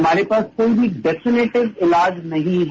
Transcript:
हमारे पास कोई भी डेफिनेटिव इलाज नहीं है